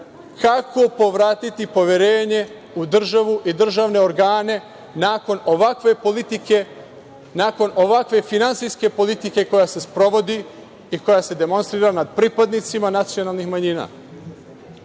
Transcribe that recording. kako povratiti poverenje u državu i državne organe nakon ovakve politike, nakon ovakve finansijske politike koja se sprovodi i koja se demonstrira nad pripadnicima nacionalnih manjina. Ja